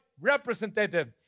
representative